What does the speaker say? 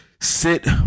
Sit